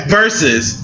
versus